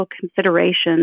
considerations